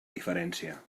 diferència